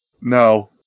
No